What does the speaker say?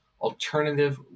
alternative